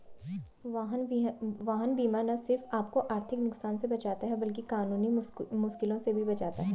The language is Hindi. वाहन बीमा न सिर्फ आपको आर्थिक नुकसान से बचाता है, बल्कि कानूनी मुश्किलों से भी बचाता है